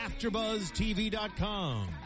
AfterBuzzTV.com